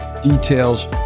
details